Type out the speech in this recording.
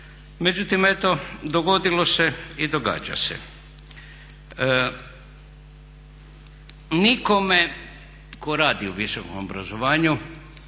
međutim eto dogodilo se i događa se. Nikome ko radi u visokom obrazovanju